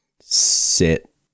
Sit